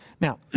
Now